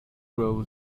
grow